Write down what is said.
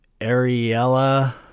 Ariella